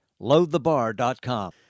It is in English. loadthebar.com